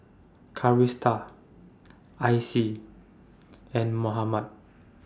Calista Icie and Mohammad